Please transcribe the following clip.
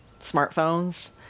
smartphones